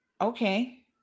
Okay